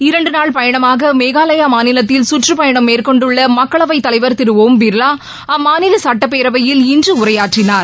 இரண்டு நாள் பயணமாக மேகாலயா மாநிலத்தில் சுற்றுப்பயணம் மேற்கொண்டுள்ள மக்களவை தலைவர் திரு ஒம் பிர்லா அம்மாநில சட்டப்பேரவையில் இன்று உரையாற்றினார்